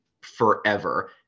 forever